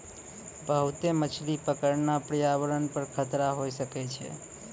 बहुते मछली पकड़ना प्रयावरण पर खतरा होय सकै छै